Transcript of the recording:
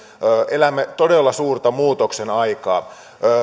elämme todella suurta muutoksen aikaa